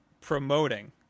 promoting